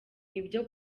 ibyo